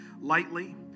lightly